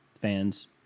fans